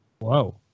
Whoa